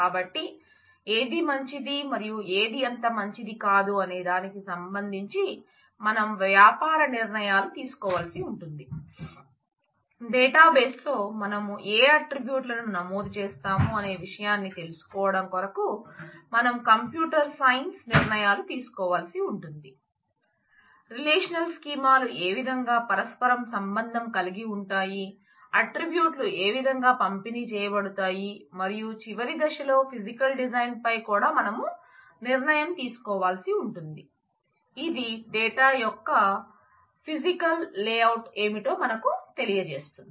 కాబట్టి ఏది మంచిది మరియు ఏది అంత మంచిది కాదు అనే దానికి సంబంధించి మనం వ్యాపార నిర్ణయాలు తీసుకోవాల్సి ఉంటుంది డేటాబేస్ లో మనం ఏ అట్ట్రిబ్యూట్ల ఏమిటో మనకు కు తెలియజేస్తుంది